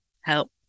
help